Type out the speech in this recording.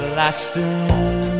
lasting